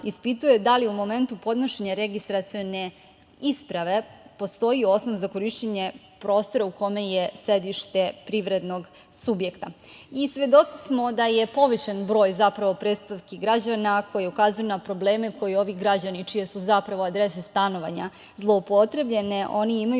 ispituje da li u momentu podnošenja registracione isprave postoji osnov za korišćenje prostora u kome je sedište privrednog subjekta. Svedoci smo da je povećan broj predstavki građana koje ukazuju na probleme koje ovi građani čije su zapravo adrese stanovanja zloupotrebljene, oni imaju